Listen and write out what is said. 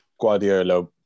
Guardiola